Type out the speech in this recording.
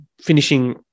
finishing